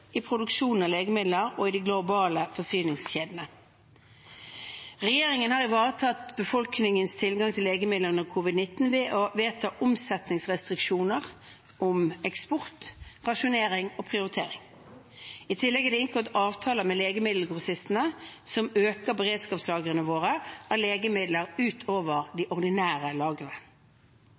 i produksjonen av legemidler og i de globale forsyningskjedene. Regjeringen har ivaretatt befolkningens tilgang til legemidler under covid-19 ved å vedta omsetningsrestriksjoner om eksport, rasjonering og prioritering. I tillegg er det inngått avtaler med legemiddelgrossistene som øker beredskapslagrene våre av legemidler utover de ordinære